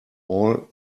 all